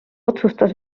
otsustas